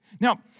Now